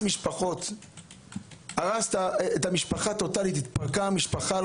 המאסר הרס את המשפחות, התפרקה המשפחה.